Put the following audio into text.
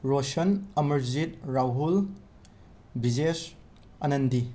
Roshan Amarjeet Rahul Bijesh ꯑꯅꯟꯗꯤ